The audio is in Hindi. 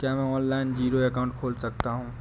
क्या मैं ऑनलाइन जीरो अकाउंट खोल सकता हूँ?